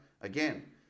Again